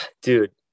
dude